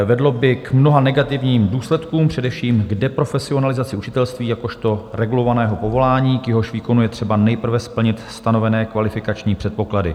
Vedlo by k mnoha negativním důsledkům, především k deprofesionalizaci učitelství jakožto regulovaného povolání, k jehož výkonu je třeba nejprve splnit stanovené kvalifikační předpoklady.